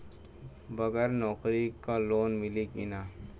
बगर नौकरी क लोन मिली कि ना?